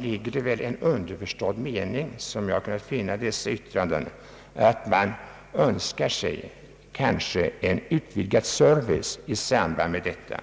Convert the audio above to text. finns en underförstådd mening att man kanske önskar en utvidgad service i samband med detta.